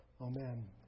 Amen